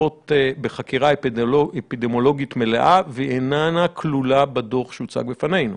בחקירה האפידמיולוגית מלאה והיא איננה כלולה בדוח שהוצג בפנינו,